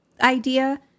idea